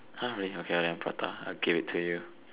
!huh! really okay ah then prata I'll give it to you